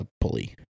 pulley